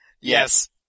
Yes